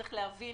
צריך להבין